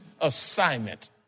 assignment